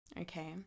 Okay